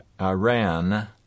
Iran